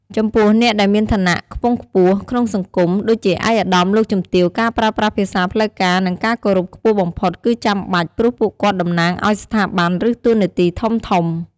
ចំពោះអ្នកដែលមានឋានៈខ្ពង់ខ្ពស់ក្នុងសង្គម ដូចជាឯកឧត្តម លោកជំទាវ ការប្រើប្រាស់ភាសាផ្លូវការ និងការគោរពខ្ពស់បំផុតគឺចាំបាច់ ព្រោះពួកគាត់តំណាងឲ្យស្ថាប័ន ឬតួនាទីធំៗ។